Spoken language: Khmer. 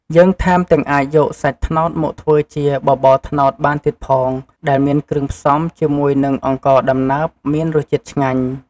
យើងថែមទាំងអាចយកសាច់ត្នោតមកធ្វើជា បបរត្នោតបានទៀតផង ដែលមានគ្រឿងផ្សំជាមួយនឹងអង្ករដំណើបមានរសជាតិឆ្ងាញ់។